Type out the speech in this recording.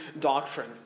doctrine